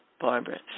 Barbara